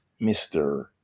Mr